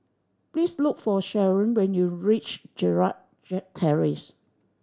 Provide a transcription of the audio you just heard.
please look for Sheron when you reach Gerald Terrace